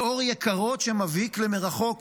באור יקרות שמבהיק למרחוק